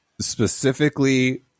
specifically